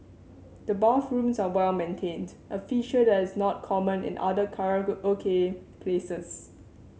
the bathrooms are well maintained a feature that is not common in other karaoke places